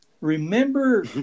remember